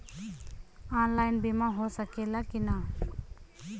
Online बीमा हो सकेला की ना?